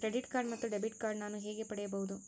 Credit card ಮತ್ತು debit card ನಾನು ಹೇಗೆ ಪಡೆಯಬಹುದು?